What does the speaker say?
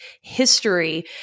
history